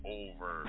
over